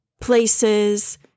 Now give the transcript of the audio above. places